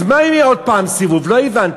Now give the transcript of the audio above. אז מה אם יהיה עוד פעם סיבוב, לא הבנתי,